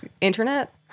internet